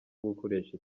gukoresha